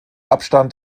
abstand